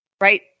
Right